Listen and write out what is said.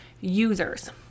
users